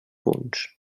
punts